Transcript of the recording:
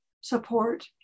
support